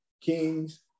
Kings